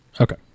Okay